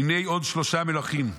"הנה עוד שלשה מלכים"